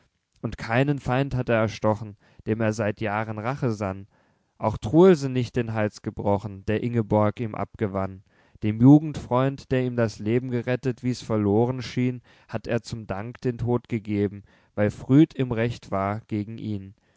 und keinen feind hatt er erstochen dem er seit jahren rache sann auch truelsen nicht den hals gebrochen der ingeborg ihm abgewann dem jugendfreund der ihm das leben gerettet wie's verloren schien hatt er zum dank den tod gegeben weil früd im recht war gegen ihn